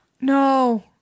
No